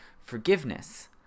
forgiveness